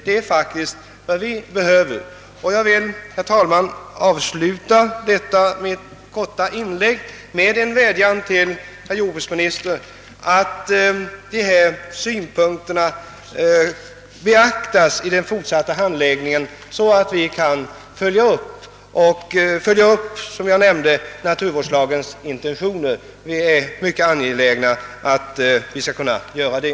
Jag vill, herr talman, avsluta detta mitt korta inlägg med en vädjan till herr jordbruksministern att dessa synpunkter beaktas vid den fortsatta handläggningen av frågan, så att vi kan följa upp naturvårdslagens intentioner. Vi är mycket angelägna att göra det.